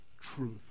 truth